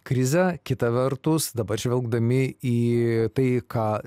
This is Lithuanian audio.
krizę kita vertus dabar žvelgdami į tai ką